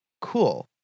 Cool